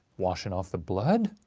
washing off the blood?